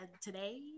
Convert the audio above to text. today